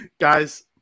Guys